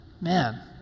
man